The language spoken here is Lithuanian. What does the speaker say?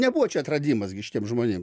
nebuvo čia atradimas gi šitiem žmonėm